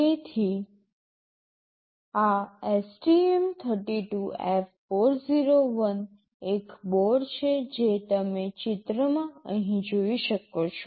તેથી આ STM32F401 એક બોર્ડ છે જે તમે ચિત્રમાં અહીં જોઈ શકો છો